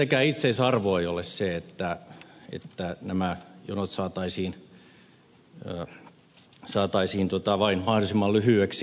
tietenkään itseisarvo ei ole se että itä täyttämään joka osaa tai nämä jonot saataisiin vain mahdollisimman lyhyeksi